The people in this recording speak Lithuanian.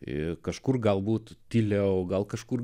ir kažkur galbūt tyliau gal kažkur